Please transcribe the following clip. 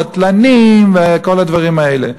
בטלנים וכל הדברים האלה.